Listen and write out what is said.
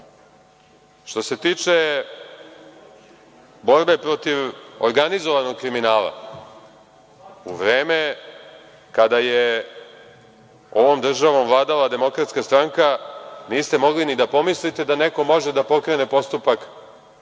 se tiče borbe protiv organizovanog kriminala, u vreme kada je ovom državom vladala DS niste mogli ni da pomislite da neko može da pokrene postupak